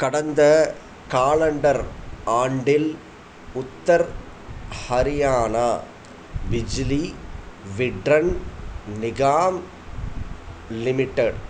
கடந்த காலண்டர் ஆண்டில் உத்தர் ஹரியானா பிஜ்ஜிலி விட்ரன் நிகாம் லிமிடெட்